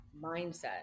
mindset